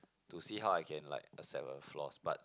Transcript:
to see how I can like accept her flaws but